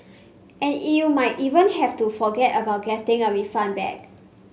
and you might even have to forget about getting a refund back